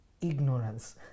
Ignorance